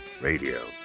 Radio